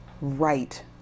right